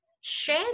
Share